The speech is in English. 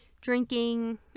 drinking